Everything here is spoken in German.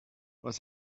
was